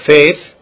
Faith